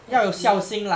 !wah! filial p~